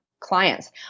clients